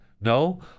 No